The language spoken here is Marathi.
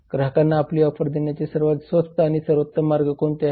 ग्राहकांना आपली ऑफर देण्याचे सर्वात स्वस्त आणि सर्वोत्तम मार्ग कोणते आहे